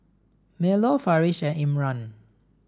Melur Farish and Imran